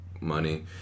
money